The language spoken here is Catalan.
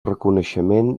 reconeixement